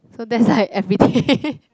so that's like everyday